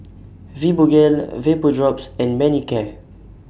Fibogel Vapodrops and Manicare